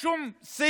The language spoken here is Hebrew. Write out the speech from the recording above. למשרד לביטחון לאומי.